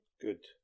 good